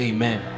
Amen